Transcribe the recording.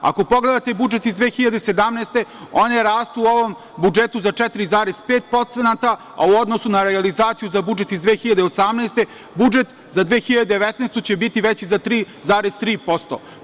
Ako pogledate budžet iz 2017. godine, one rastu u ovom budžetu za 4,5%, a u odnosu na realizaciju za budžet iz 2018. godine, budžet za 2019. godinu će biti veći za 3,3%